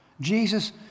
Jesus